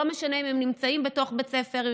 לא משנה אם הם נמצאים בתוך בית ספר,